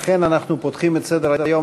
פיקוח על הסדרי חוב),